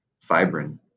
fibrin